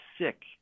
sick